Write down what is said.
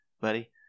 Buddy